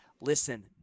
Listen